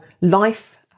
life